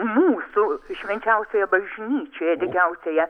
mūsų švenčiausioje bažnyčioje digiausioje